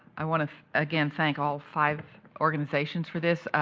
i want ah again thank all five organizations for this.